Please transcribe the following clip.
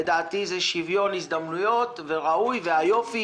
לדעתי זה שוויון הזדמנויות וזה ראוי והיופי